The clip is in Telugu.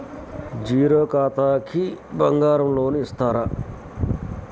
జీరో ఖాతాకి బంగారం లోన్ ఇస్తారా?